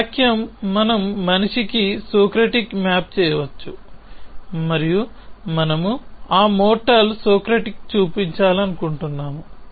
ఈ వాక్యం మనం మనిషికి సోక్రటిక్ మ్యాప్ చేయవచ్చు మరియు మనము ఆ మోర్టల్ సోక్రటిక్ చూపించాలనుకుంటున్నాము